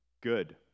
good